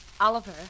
Oliver